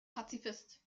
pazifist